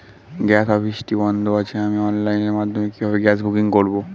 Gas অফিসটি বন্ধ আছে আমি অনলাইনের মাধ্যমে কিভাবে গ্যাস বুকিং করব?